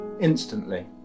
instantly